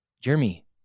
Jeremy